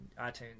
iTunes